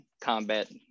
combat